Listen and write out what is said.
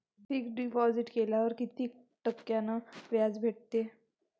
Fix deposit केल्यावर कितीक टक्क्यान व्याज भेटते?